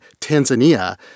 Tanzania